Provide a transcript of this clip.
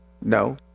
No